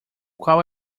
qual